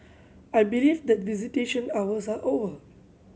I believe that visitation hours are over